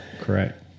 correct